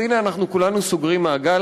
אז הנה, אנחנו כולנו סוגרים מעגל.